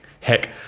Heck